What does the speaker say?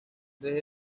desde